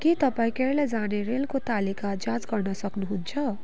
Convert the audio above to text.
के तपाईँ केरेला जाने रेलको तालिका जाँच गर्न सक्नुहुन्छ